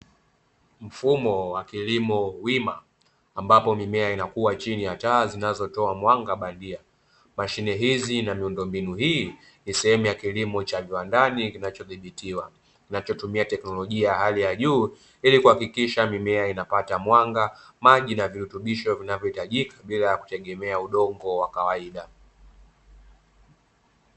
Mfumo wa kilimo wima ambapo mimea inakuwa chini ya taa zinazotoa mwanga bandia, mashine hizi na miundombinu hii ni sehemu ya kilimo cha viwandani kinachodhibitiwa, kinachotumia teknolojia ya hali ya juu ili kuhakikisha mimea inapata mwanga, maji na virutubisho vinavyo hitajika bila kutegemea udongo wa kawaida.